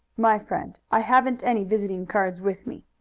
my friend, i haven't any visiting cards with me.